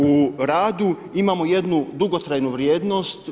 U radu imamo jednu dugotrajnu vrijednost.